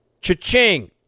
Cha-ching